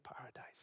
paradise